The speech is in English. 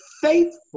faithful